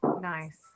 Nice